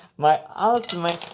my ultimate.